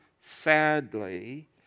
sadly